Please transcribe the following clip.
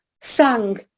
sang